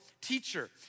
teacher